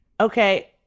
Okay